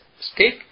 stick